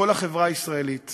שכל החברה הישראלית